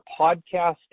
podcast